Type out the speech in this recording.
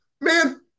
man